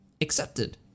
accepted